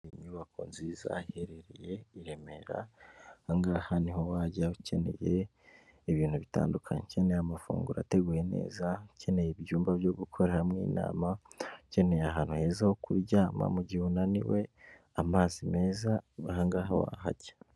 Inyubako nziza iherereye i Remera, ahangaha niho wajya ukeneye ibintu bitandukanye, ukeneye amafunguro ateguye neza, ukeneye ibyumba byo gukora hamwe inama, ukeneye ahantu heza ho kuryama mugihe unaniwe amazi meza bangaha waha jya.